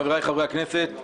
חבריי חברי הכנסת,